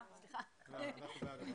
הצבעה בעד,